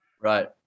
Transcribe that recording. Right